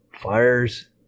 fires